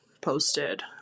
posted